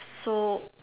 so